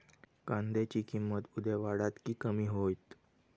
कांद्याची किंमत उद्या वाढात की कमी होईत?